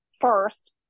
first